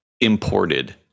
imported